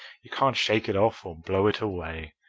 you can't shake it off or blow it away.